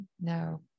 no